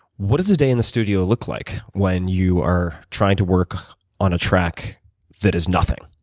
what does a day in the studio look like when you are trying to work on a track that is nothing?